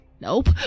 Nope